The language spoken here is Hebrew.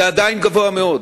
זה עדיין גבוה מאוד.